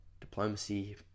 diplomacy